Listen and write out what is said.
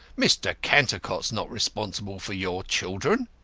mr. cantercot's not responsible for your children.